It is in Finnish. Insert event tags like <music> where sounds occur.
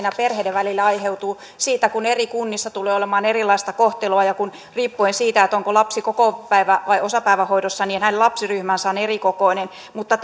<unintelligible> ja perheiden välillä aiheutuu siitä kun eri kunnissa tulee olemaan erilaista kohtelua ja kun riippuen siitä onko lapsi kokopäivä vai osapäivähoidossa hänen lapsiryhmänsä on erikokoinen mutta <unintelligible>